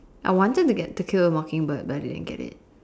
I wanted to get to-kill-a-mocking-bird but didn't get it